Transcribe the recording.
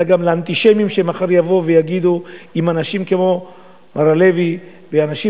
אלא גם לאנטישמים שמחר יבואו ויגידו: אם אנשים כמו מר הלוי ואנשים